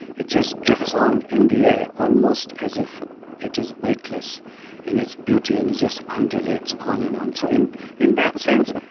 it just drifts on in the air almost as if it is weightless in its beauty. and it just undulates on and on, so in in that sense,